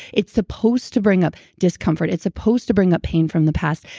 it's supposed to bring up discomfort. it's supposed to bring up pain from the past.